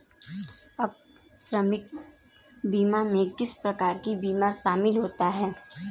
आकस्मिक बीमा में किस प्रकार के बीमा शामिल होते हैं?